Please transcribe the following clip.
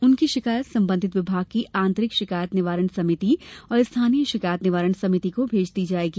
उनकी शिकायत संबंधित विभाग की आंतरिक शिकायत निवारण समिति और स्थानीय शिकायत निवारण समिति को भेज दी जाएगी